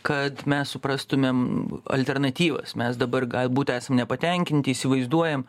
kad mes suprastumėm alternatyvas mes dabar galbūt esam nepatenkinti įsivaizduojam